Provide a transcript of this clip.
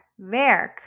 werk